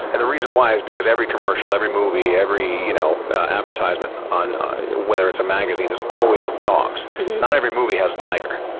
and the reason why is because every commercial, every movie, every you know advertisement, ah whether it's a magazine, there's always dogs. not every movie has a tiger.